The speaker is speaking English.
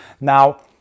Now